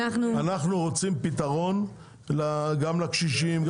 אנחנו רוצים פתרון גם לקשישים.